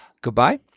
goodbye